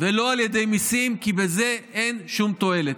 ולא על ידי מיסים, כי בזה אין שום תועלת.